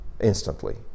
instantly